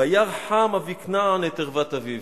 "וירא חם אבי כנען את ערות אביו"